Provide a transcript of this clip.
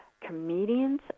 comedians